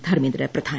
Dharmendra Pradhan